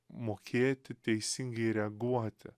mokėti teisingai reaguoti